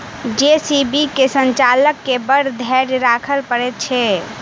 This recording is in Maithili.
जे.सी.बी के संचालक के बड़ धैर्य राखय पड़ैत छै